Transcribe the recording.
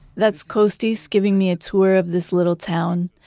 that's costis, giving me a tour of this little town.